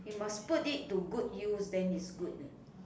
you must put it to good use then it's good